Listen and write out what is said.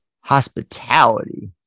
hospitality